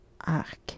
Arc